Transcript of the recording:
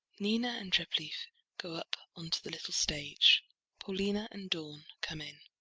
nina and treplieff go up onto the little stage paulina and dorn come in.